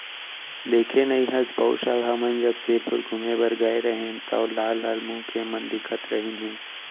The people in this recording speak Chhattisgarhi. देखे नइ हस पउर साल हमन जब सिरपुर घूमें बर गए रहेन तौ लाल लाल मुंह के मन दिखत रहिन हे